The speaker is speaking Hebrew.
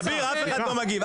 אף אחד לא מגיב,